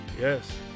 Yes